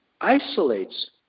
isolates